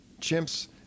Chimps